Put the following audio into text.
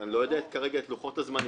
אני לא יודע כרגע את לוחות הזמנים,